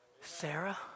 Sarah